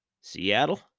Seattle